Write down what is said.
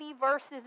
verses